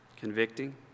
convicting